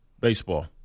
baseball